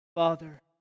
Father